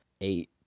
eight